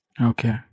Okay